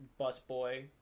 busboy